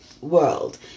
world